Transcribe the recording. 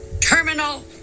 terminal